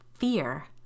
fear